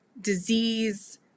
disease